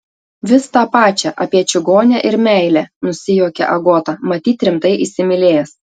vis tą pačią apie čigonę ir meilę nusijuokė agota matyt rimtai įsimylėjęs